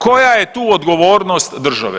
Koja je tu odgovornost države?